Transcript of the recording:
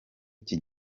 iki